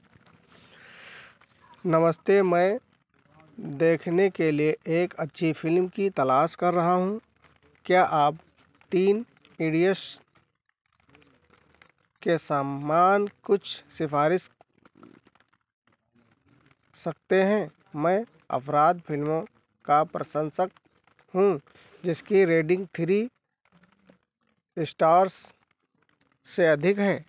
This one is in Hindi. नमस्ते मैं देखने के लिए एक अच्छी फ़िल्म की तलाश कर रहा हूँ क्या आप तीन इडियट्स के समान कुछ सिफ़ारिश सकते हैं मैं अपराध फ़िल्मों का प्रशंसक हूँ जिसकी रेडिन्ग थ्री स्टार्स से अधिक है